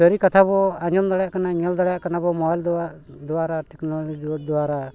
ᱥᱟᱹᱨᱤ ᱠᱟᱛᱷᱟ ᱵᱚ ᱟᱸᱡᱚᱢ ᱫᱟᱲᱮᱭᱟᱜ ᱠᱟᱱᱟ ᱧᱮᱞ ᱫᱟᱲᱮᱭᱟᱜ ᱠᱟᱱᱟ ᱵᱚ ᱢᱳᱵᱟᱭᱤᱞ ᱫᱟᱨᱟ ᱴᱮᱠᱱᱳᱞᱚᱡᱤ ᱫᱟᱨᱟ